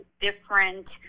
different